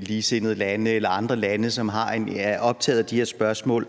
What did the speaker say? ligesindede lande eller andre lande, som er optaget af de her spørgsmål.